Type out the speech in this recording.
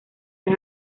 las